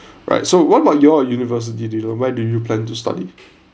right so what about your university do you know where do you plan to study